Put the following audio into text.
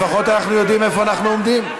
לפחות אנחנו יודעים איפה אנחנו עומדים.